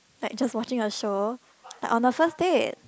like just watching a show but on the first date